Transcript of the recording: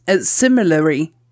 similarly